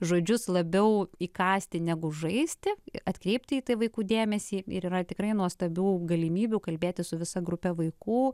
žodžius labiau įkąsti negu žaisti atkreipti į tai vaikų dėmesį ir yra tikrai nuostabių galimybių kalbėtis su visa grupe vaikų